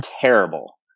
terrible